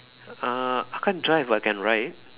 uh I can't drive I can ride